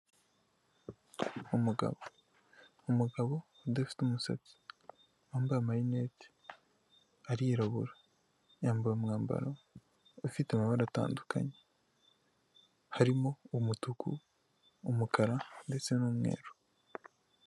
Umugabo umugabo udafite umusatsi wambaye amarinete arirabura yambaye umwambaro ufite amabara atandukanye harimo umutuku, umukara ndetse n'umweru.